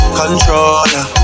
controller